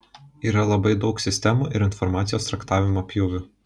yra labai daug sistemų ir informacijos traktavimo pjūvių